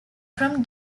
from